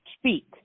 speak